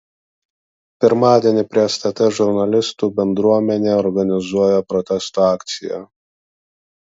pirmadienį prie stt žurnalistų bendruomenė organizuoja protesto akciją